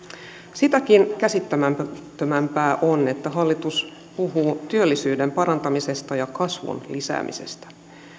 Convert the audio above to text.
sitäkin käsittämättömämpää on että hallitus puhuu työllisyyden parantamisesta ja kasvun lisäämisestä